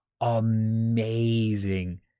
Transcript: amazing